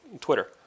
Twitter